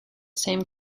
same